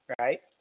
right